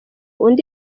undi